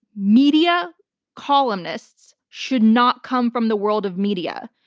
media columnists should not come from the world of media.